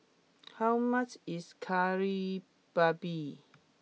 how much is Kari Babi